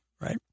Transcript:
right